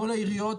כל העיריות